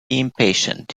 impatient